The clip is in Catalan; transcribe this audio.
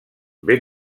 ben